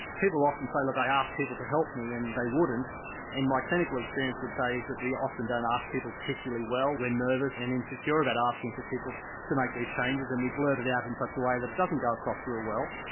people often say look i ask people to help me and they wouldn't and my clinical experience would say is that we often don't ask people particularly well, we're nervous and insecure about asking people to make these changes and we blurt it out in such a way that it doesn't go across real well.